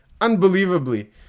unbelievably